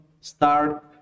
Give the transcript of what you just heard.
start